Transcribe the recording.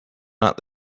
not